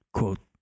Quote